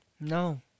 No